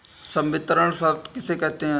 संवितरण शर्त किसे कहते हैं?